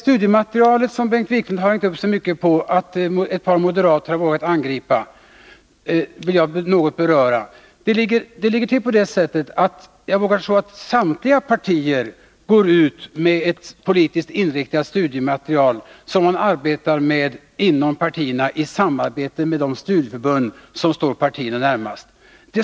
Bengt Wiklund har hängt upp sig på att några moderater vågat angripa det socialdemokratiska studiematerialet, och jag vill något beröra den frågan. Jag vågar tro att samtliga partier går ut med ett politiskt inriktat studiematerial, som man arbetar med inom partierna i samarbete med det studieförbund som står varje parti närmast.